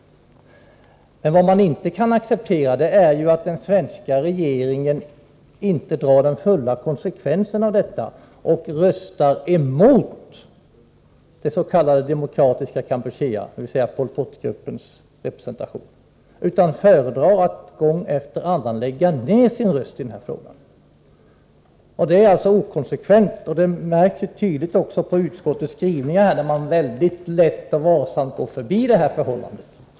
Men vad man inte kan acceptera är att den svenska regeringen inte drar den fulla konsekvensen av detta och röstar emot det s.k. Demokratiska Kampuchea, dvs. Pol Pot-gruppens representation, utan föredrar att gång efter annan lägga ned sin röst i den här frågan. Det är alltså inkonsekvent. Det märks tydligt på utskottets skrivning också, där man väldigt lätt och varsamt går förbi det här förhållandet.